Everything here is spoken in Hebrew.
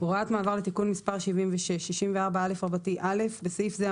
"הוראת מעבר לתיקון מס' 76" 64א.(א) בסעיף זה,